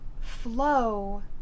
Flow